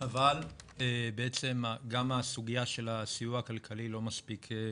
אבל בעצם גם הסוגיה של הסיוע הכלכלי לא סגורה,